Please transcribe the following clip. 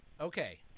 Okay